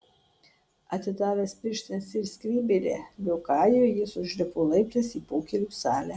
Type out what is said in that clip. atidavęs pirštines ir skrybėlę liokajui jis užlipo laiptais į pokylių salę